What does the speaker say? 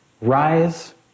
rise